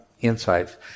insights